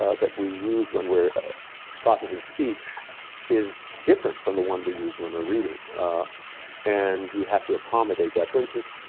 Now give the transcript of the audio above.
ah that we use when we're processing speech is different from the one we use when we're reading and you have to accommodate that. for instance,